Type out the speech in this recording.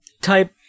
type